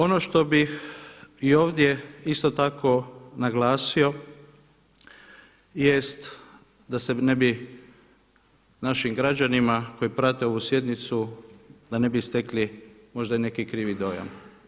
Ono što bih i ovdje isto tako naglasio jest da se ne bi našim građanima koji prate ovu sjednicu, da ne bi stekli možda i neki krivi dojam.